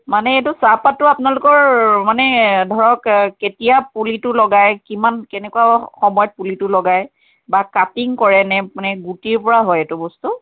মানে এইটো চাহপাতটো আপোনালোকৰ মানে ধৰক কেতিয়া পুলিটো লগায় কিমান কেনেকুৱা সময়ত পুলিটো লগায় বা কাটিং কৰেনে মানে গুটিৰ পৰা হয় এইটো বস্তু